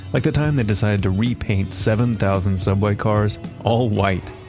like the time they decided to repaint seven thousand subway cars all white.